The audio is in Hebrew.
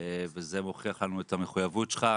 וזה מוכיח לנו את המחויבות שלך.